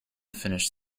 finish